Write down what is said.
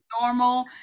normal